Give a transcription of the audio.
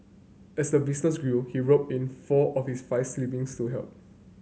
as the business grew he roped in four of his five siblings to help